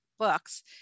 books